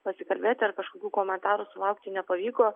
pasikalbėti ar kažkokių komentarų sulaukti nepavyko